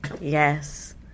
Yes